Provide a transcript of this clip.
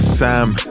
Sam